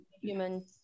human